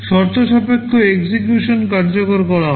শর্তসাপেক্ষে EXECUTION কার্যকর করা হয়